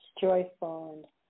joyful